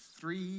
three